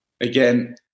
again